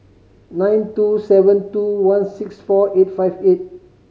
nine two seven two one six four eight five eight